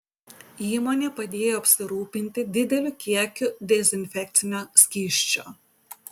įmonė padėjo apsirūpinti dideliu kiekiu dezinfekcinio skysčio